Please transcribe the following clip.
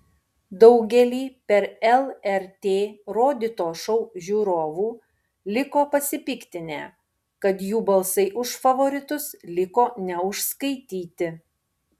daugelį per lrt rodyto šou žiūrovų liko pasipiktinę kad jų balsai už favoritus liko neužskaityti